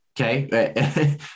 Okay